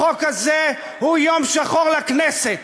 החוק הזה הוא יום שחור לכנסת.